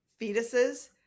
fetuses